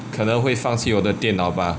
可能会放弃我的电脑吧